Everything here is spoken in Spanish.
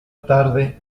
tarde